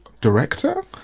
Director